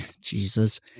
Jesus